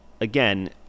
again